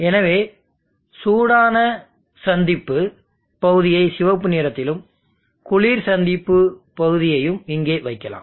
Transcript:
எனவே சூடான சந்திப்பு பகுதியை சிவப்பு நிறத்திலும் குளிர் சந்திப்பு பகுதியையும் இங்கே வைக்கலாம்